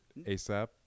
ASAP